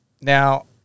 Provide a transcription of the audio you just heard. Now